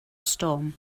storm